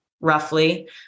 roughly